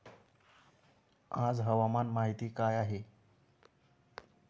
आज हवामान माहिती काय आहे?